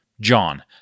John